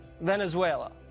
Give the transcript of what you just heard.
Venezuela